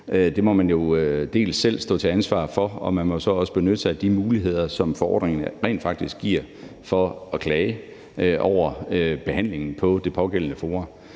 Det må man jo selv stå til ansvar for, og man må så også benytte sig af de muligheder, som forordningen rent faktisk giver, for at klage over behandlingen på det pågældende forum.